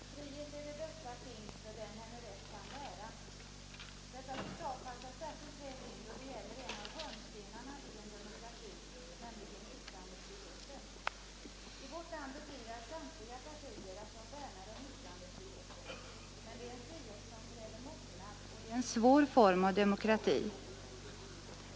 Herr talman! Frihet är det bästa ting för den henne rätt kan bära — dessa ord passar särskilt väl in då det gäller en av hörnstenarna i en demokrati, nämligen yttrandefriheten. I vårt land bedyrar samtliga partier att de värnar om yttrandefriheten, men det är en frihet som kräver mognad och det är en svår form av demokrati.